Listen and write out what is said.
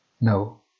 no